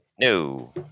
No